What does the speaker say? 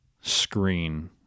screen